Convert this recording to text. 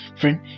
friend